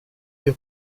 est